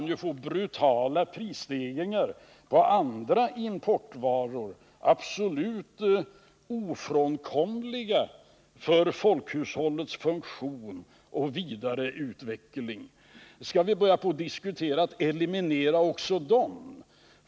Vi kan få brutala prisstegringar på andra importvaror som för folkhushållets funktion och vidareutveckling är absolut ofrånkomliga. Skall vi då börja diskutera att eliminera också dem?